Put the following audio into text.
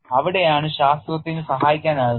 അവിടെയാണ് ശാസ്ത്രത്തിന് സഹായിക്കാനാകുക